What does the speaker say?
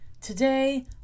Today